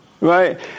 right